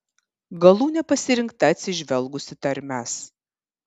galūnė pasirinkta atsižvelgus į tarmes